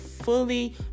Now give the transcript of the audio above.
fully